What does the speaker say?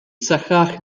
sychach